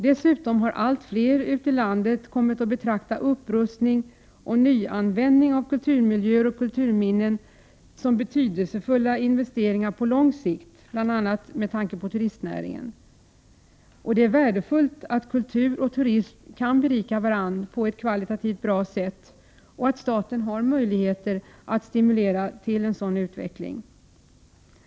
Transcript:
Dessutom har allt fler ute i landet kommit att betrakta upprustning och nyanvändning av 93 kulturmiljöer och kulturminnen som betydelsefulla investeringar på lång sikt, bl.a. med tanke på turistnäringen. Det är värdefullt att kultur och turism kan berika varandra på ett kvalitativt bra sätt och att staten har möjligheter att stimulera till en sådan utveckling.